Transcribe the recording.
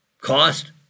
cost